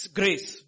grace